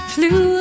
Flew